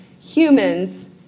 humans